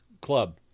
club